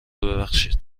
ببخشید